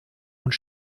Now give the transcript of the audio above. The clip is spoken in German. und